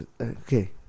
Okay